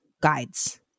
guides